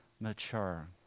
mature